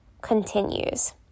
continues